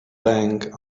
bank